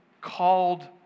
called